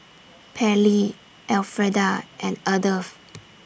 Pairlee Elfreda and Ardeth